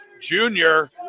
Junior